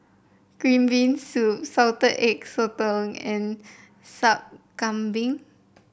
Green Bean Soup Salted Egg Sotong and Sup Kambing